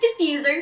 Diffuser